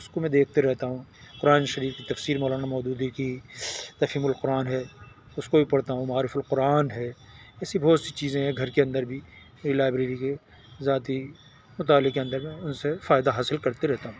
اس کو میں دیکھتے رہتا ہوں قرآن شریف کی تفسیر مولانا مودودی کی تفہیم القرآن ہے اس کو بھی پڑھتا ہوں معارف القرآن ہے ایسی بہت سی چیزیں ہیں گھر کے اندر بھی میرے لائبریری کے ذاتی مطالعے کے اندر میں ان سے فائدہ حاصل کرتے رہتا ہوں